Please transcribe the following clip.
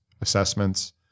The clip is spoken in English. assessments